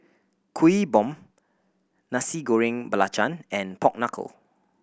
Kuih Bom Nasi Goreng Belacan and pork knuckle